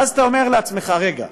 ואז אתה אומר לעצמך: רגע,